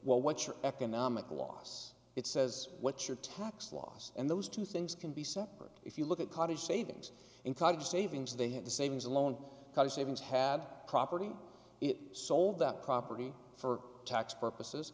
what your economic loss it says what your tax laws and those two things can be separate if you look at college savings in college savings they have the savings and loan savings had a property it sold that property for tax purposes